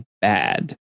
bad